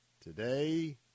Today